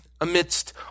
amidst